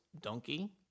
donkey